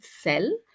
cell